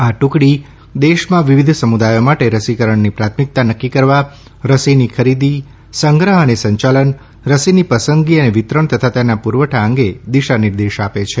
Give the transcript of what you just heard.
આ ટુકડી દેશમાં વિવિધ સમુદાયો માટે રસીકરણની પ્રાથમિકતા નકકી કરવા રસીની ખરીદી સંગ્રહ અને સંચાલન રસીની પસંદગી અને વિતરણ તથા તેના પુરવઠા પ્રક્રિયા અંગે દિશા નિર્દેશ આપે છે